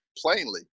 plainly